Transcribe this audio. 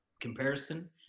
comparison